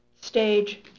stage